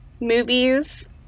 movies